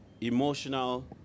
emotional